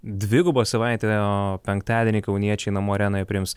dviguba savaitė o penktadienį kauniečiai namų arenoje priims